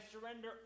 surrender